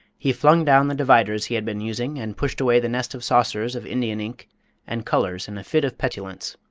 he flung down the dividers he had been using and pushed away the nest of saucers of indian ink and colours in a fit of petulance.